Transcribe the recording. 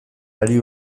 hari